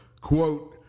quote